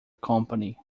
company